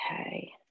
Okay